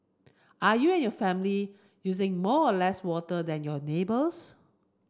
are you and your family using more or less water than your neighbours